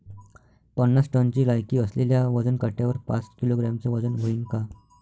पन्नास टनची लायकी असलेल्या वजन काट्यावर पाच किलोग्रॅमचं वजन व्हईन का?